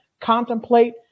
contemplate